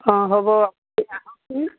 অঁ হ'ব আপুনি আহকচোন